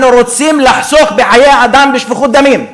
אנחנו רוצים לחסוך חיי אדם, שפיכות דמים,